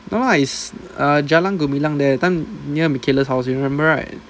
no lah it's err Jalan-Gumilang there that time near mikayla's house you remember right